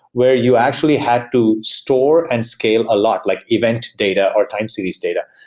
where you actually had to store and scale a lot, like event data or time series data.